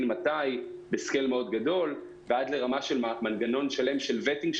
ומתי בהיקף גדול מאוד ועד לרמה של מנגנון שלם של ווטינג,